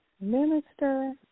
Minister